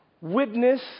witness